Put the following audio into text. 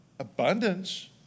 abundance